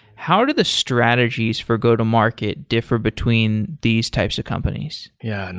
how did the strategies for go-to-market differ between these types of companies? yeah. and